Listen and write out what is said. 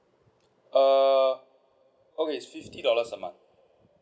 err okay it's fifty dollars a month